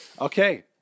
Okay